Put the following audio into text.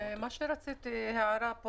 הערה.